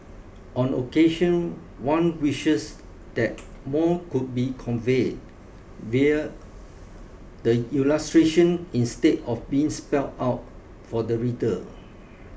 on occasion one wishes that more could be conveyed via the illustration instead of being spelt out for the reader